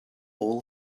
all